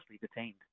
detained